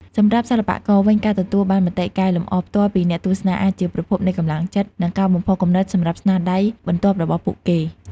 សម្រាប់សិល្បករវិញ ការទទួលបានមតិកែលម្អផ្ទាល់ពីអ្នកទស្សនាអាចជាប្រភពនៃកម្លាំងចិត្ត និងការបំផុសគំនិតសម្រាប់ស្នាដៃបន្ទាប់របស់ពួកគេ។